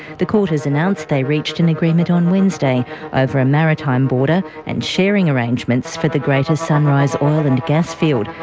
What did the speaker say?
the court has announced they reached an agreement on wednesday over a maritime border and sharing arrangements for the greater sunrise oil and gas field.